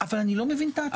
אבל אני לא מבין את ההצעה.